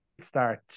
start